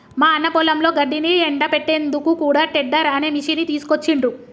మా అన్న పొలంలో గడ్డిని ఎండపెట్టేందుకు కూడా టెడ్డర్ అనే మిషిని తీసుకొచ్చిండ్రు